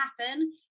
happen